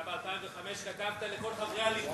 אתה ב-2005 כתבת לכל חברי הליכוד,